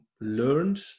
learned